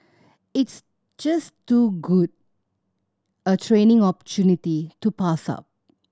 it's just too good a training opportunity to pass up